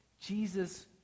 Jesus